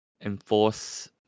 enforce